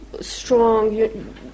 strong